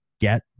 get